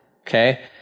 Okay